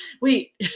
wait